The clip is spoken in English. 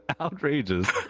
outrageous